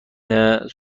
صعود